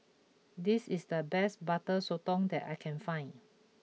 this is the best Butter Sotong that I can find